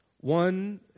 One